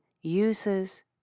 uses